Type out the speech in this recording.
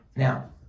Now